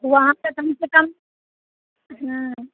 वहाँ पर कम से कम